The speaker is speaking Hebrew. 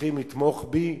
צריכים לתמוך בי.